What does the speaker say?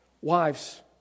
Wives